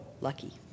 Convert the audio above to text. lucky